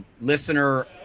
listener